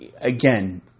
again